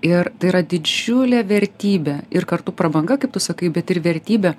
ir tai yra didžiulė vertybė ir kartu prabanga kaip tu sakai bet ir vertybė